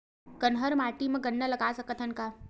कन्हार माटी म गन्ना लगय सकथ न का?